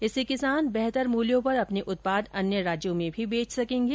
इससे किसान बेहतर मूल्यों पर अपने उत्पाद अन्य राज्यों में भी बेच सकेंगे